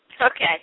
Okay